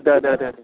दे दे दे दे